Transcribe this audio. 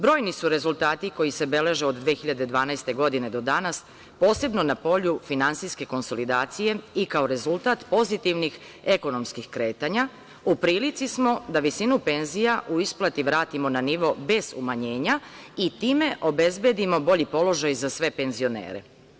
Brojni su rezultati koji se beleže od 2012. godine do danas, posebno na polju finansijske konsolidacije i kao rezultat pozitivnih ekonomskih kretanja, u prilici smo da visinu penzija u isplati vratimo na nivo bez umanjenja i time obezbedimo bolji položaj za sve penzionere.